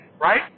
right